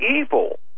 evil